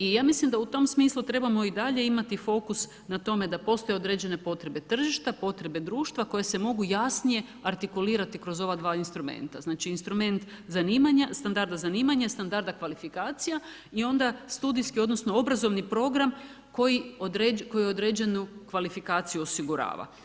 I ja mislim da u tom smislu trebamo i dalje imati fokus, na tome da postoje određene potrebe tržišta, potrebe društva, koje se mogu jasnije artikulirati kroz ova dva instrumenta, znači instrument zanimanja, standarda zanimanja i standarda kvalifikacija i onda studijski, odnosno, obrazovni program koji određenu kvalifikaciju osigurava.